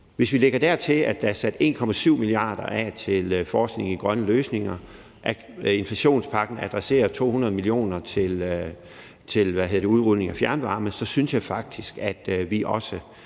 Hvis vi lægger dertil, at der er sat 1,7 mia. kr. af til forskning i grønne løsninger, og at inflationspakken adresserer 200 mio. kr. til en udrulning af fjernvarme, så synes jeg faktisk også,